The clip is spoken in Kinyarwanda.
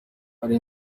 hari